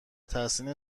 تحسین